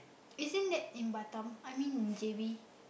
isn't that in Batam I mean J_B